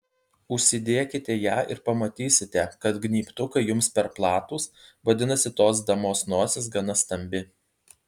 užsidėkite ją ir pamatysite kad gnybtukai jums per platūs vadinasi tos damos nosis gana stambi